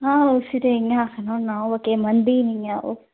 हां उसी ते इ'यां आक्खना होन्नां ओह् ते मनदी नि ऐ ओह्